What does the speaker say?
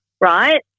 Right